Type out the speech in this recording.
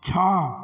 ଛଅ